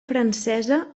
francesa